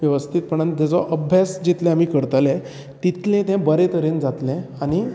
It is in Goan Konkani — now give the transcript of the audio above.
वेवस्थितपणान जितलो आमी तेजो अभ्यास जितले आमी करतले तितले ते बरें तरेन जातले आनी